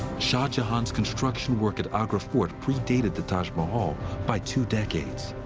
shah jahan's construction work at agra fort predated the taj mahal by two decades.